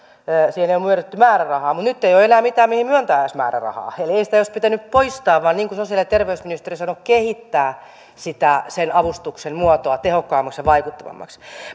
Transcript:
siihen ei ole myönnetty määrärahaa mutta nyt ei ole enää mitään mihin edes myöntää määrärahaa eli ei sitä olisi pitänyt poistaa vaan niin kuin sosiaali ja terveysministeriö sanoi kehittää avustuksen muotoa tehokkaammaksi ja vaikuttavammaksi